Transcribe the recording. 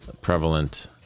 prevalent